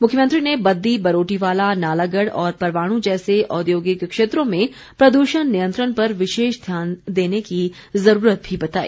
मुख्यमंत्री ने बद्दी बरोटीवाला नालागढ़ और परवाणू जैसे औद्योगिक क्षेत्रों में प्रदूषण नियंत्रण पर विशेष ध्यान देने की जरूरत भी बताई